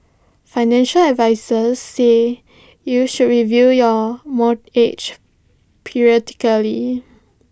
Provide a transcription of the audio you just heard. financial advisers say you should review your periodically